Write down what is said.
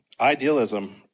Idealism